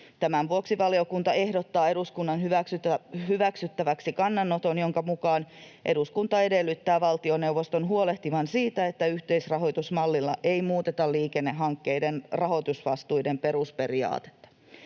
Tämän vuoksi valiokunta ehdottaa eduskunnan hyväksyttäväksi kannanoton, jonka mukaan eduskunta edellyttää valtioneuvoston huolehtivan siitä, että yhteisrahoitusmallilla ei muuteta liikennehankkeiden rahoitusvastuiden perusperiaatteita.